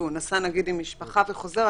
והוא נסע עם משפחה וחוזר,